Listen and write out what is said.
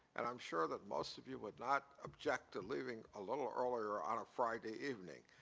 and i'm sure that most of you would not object to leaving a little earlier on a friday evening.